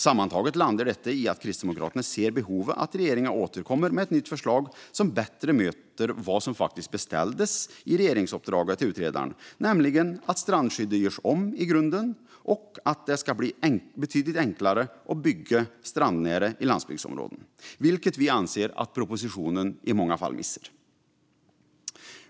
Sammantaget landar detta i att Kristdemokraterna ser behovet av att regeringen återkommer med ett nytt förslag som bättre möter vad som faktiskt beställdes i regeringsuppdraget till utredaren, nämligen att "strandskyddet görs om i grunden" och att det ska bli "betydligt enklare att bygga strandnära i landsbygdsområden", vilket vi anser att propositionen i många fall missar.